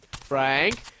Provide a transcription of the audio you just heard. Frank